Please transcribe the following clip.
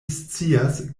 scias